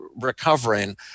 recovering